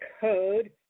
code